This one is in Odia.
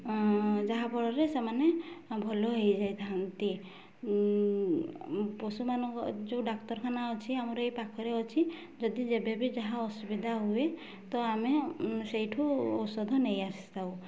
ଯାହାଫଳରେ ସେମାନେ ଭଲ ହେଇଯାଇଥାନ୍ତି ପଶୁମାନଙ୍କ ଯେଉଁ ଡାକ୍ତରଖାନା ଅଛି ଆମର ଏଇ ପାଖରେ ଅଛି ଯଦି ଯେବେ ବି ଯାହା ଅସୁବିଧା ହୁଏ ତ ଆମେ ସେଇଠୁ ଔଷଧ ନେଇଆସିଥାଉ